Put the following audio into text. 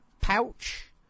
pouch